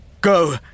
go